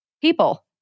people